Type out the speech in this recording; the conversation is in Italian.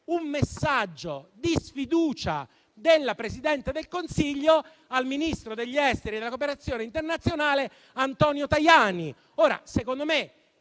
un messaggio di sfiducia della Presidente del Consiglio al ministro degli affari esteri e della cooperazione internazionale, Antonio Tajani.